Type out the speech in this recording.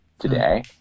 today